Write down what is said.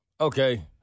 Okay